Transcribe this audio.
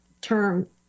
term